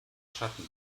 schatten